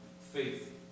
faith